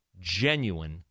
genuine